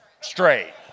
straight